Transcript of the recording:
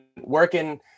working